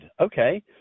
Okay